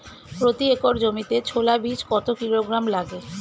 প্রতি একর জমিতে ছোলা বীজ কত কিলোগ্রাম লাগে?